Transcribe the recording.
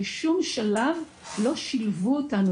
בשום שלב לא שילבו אותנו,